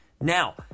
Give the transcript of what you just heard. now